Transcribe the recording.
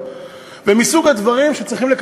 הם מסוג הדברים שצריכים להיות מקצועיים נטו,